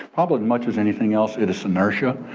probably as much as anything else, it is inertia.